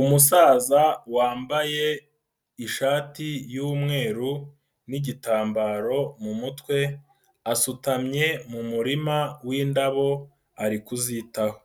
Umusaza wambaye ishati y'umweru n'igitambaro mu mutwe, asutamye mu murima w'indabo ari kuzitaho.